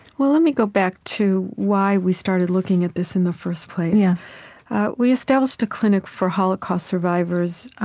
well, let me go back to why we started looking at this in the first place. yeah we established a clinic for holocaust survivors,